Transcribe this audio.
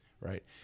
right